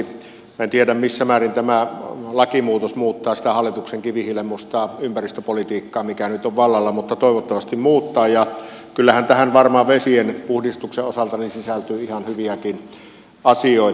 minä en tiedä missä määrin tämä lakimuutos muuttaa sitä hallituksen kivihiilenmustaa ympäristöpolitiikkaa mikä nyt on vallalla mutta toivottavasti muuttaa ja kyllähän tähän varmaan vesien puhdistuksen osalta sisältyy ihan hyviäkin asioita